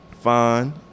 fine